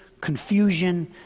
confusion